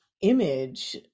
image